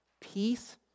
peace